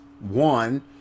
one